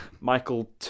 Michael